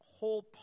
whole